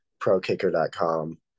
prokicker.com